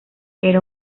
era